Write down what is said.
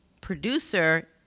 producer